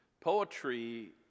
poetry